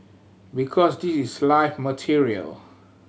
because this is live material